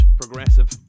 progressive